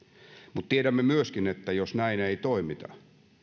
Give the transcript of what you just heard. mutta tiedämme myöskin että jos näin ei toimita